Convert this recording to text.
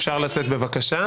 אפשר לצאת בבקשה.